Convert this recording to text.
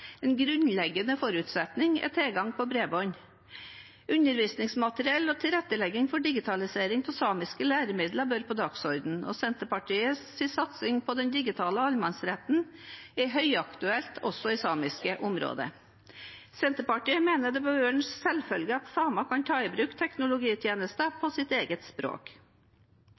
En grunnleggende forutsetning er tilgang på bredbånd. Undervisningsmateriell og tilrettelegging for digitalisering av samiske læremidler bør på dagsordenen, og Senterpartiets satsing på den digitale allemannsretten er høyaktuell også i de samiske områder. Senterpartiet mener det bør være en selvfølge at samer kan ta i bruk teknologitjenester på sitt eget språk.